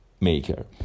maker